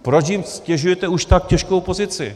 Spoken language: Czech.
Proč jim ztěžujete už tak těžkou pozici?